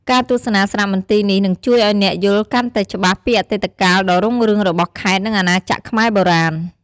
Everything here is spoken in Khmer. ការទស្សនាសារមន្ទីរនេះនឹងជួយឲ្យអ្នកយល់កាន់តែច្បាស់ពីអតីតកាលដ៏រុងរឿងរបស់ខេត្ត និងអាណាចក្រខ្មែរបុរាណ។